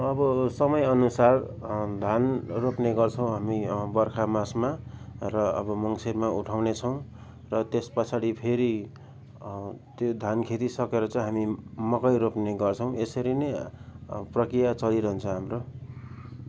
अब समयअनुसार धान रोप्ने गर्छौँ हामी बर्खा मासमा र अब मङ्सिरमा उठाउनेछौँ र त्यस पछाडि फेरि त्यो धान खेती सकेर चाहिँ हामी मकै रोप्ने गर्छौँ यसरी नै प्रक्रिया चलिरहन्छ हाम्रो